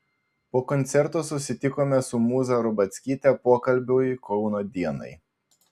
po koncerto susitikome su mūza rubackyte pokalbiui kauno dienai